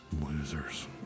Losers